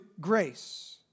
grace